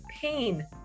pain